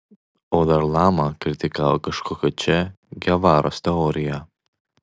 o dar lama kritikavo kažkokio če gevaros teoriją